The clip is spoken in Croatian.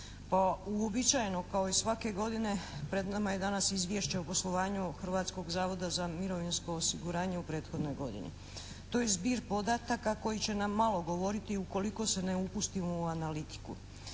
Pa uobičajeno kao i svake godine pred nama je izvješće o poslovanju Hrvatskog zavoda za mirovinsko osiguranje u prethodnoj godini. To je zbir podataka koji će nam malo govoriti ukoliko se ne upustimo u analitiku.